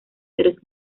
seres